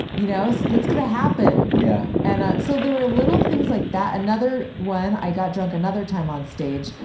you know? that's gonna happen. yeah. and ah so there were little things like that. another one i got drunk another time onstage,